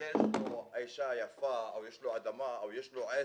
בגלל שיש לי אישה יפה או שיש לו אדמה או שיש לו עסק,